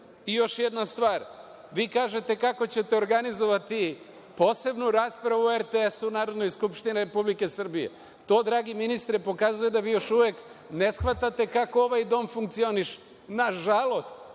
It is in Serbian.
Još jedna stvar, kažete kako ćete organizovati posebnu raspravu o RTS u Narodnoj skupštini Republike Srbije, to dragi ministre pokazuje da vi još uvek ne shvatate kako ovaj dom funkcioniše. Nažalost,